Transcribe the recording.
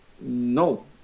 no